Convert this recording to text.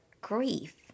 grief